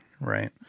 right